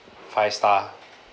five star